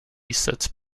sits